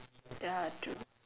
ya true